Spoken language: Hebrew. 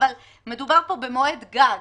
מדובר פה במועד גג,